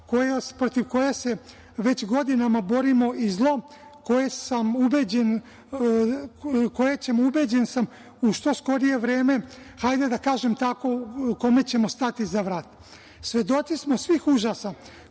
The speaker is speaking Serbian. protiv koje se već godinama borimo i zlo kome ćemo, ubeđen sam, u što skorije vreme, hajde da kažem tako, stati za vrat. Svedoci smo svih užasa